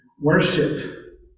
worship